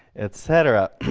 et cetera.